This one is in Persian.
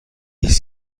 است